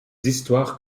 histoires